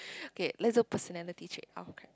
okay let's do personality trait